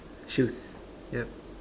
shoes yup